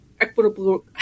equitable